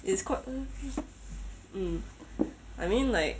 it's called mm I mean like